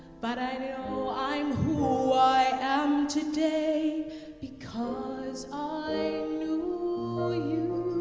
but i know i'm who i am today because i knew you